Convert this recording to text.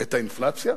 את האינפלציה?